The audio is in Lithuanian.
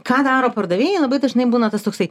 ką daro pardavėjai labai dažnai būna tas toksai